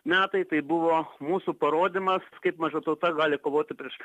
metai tai buvo mūsų parodymas kaip maža tauta gali kovoti prieš